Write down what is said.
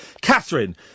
Catherine